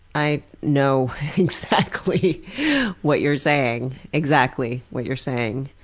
i know exactly what you're saying, exactly what you're saying.